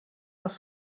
els